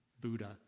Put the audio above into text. Buddha